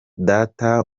data